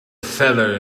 feather